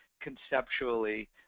conceptually